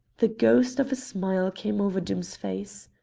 the ghost of a smile came over doom's face.